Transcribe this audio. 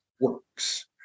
works